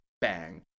bang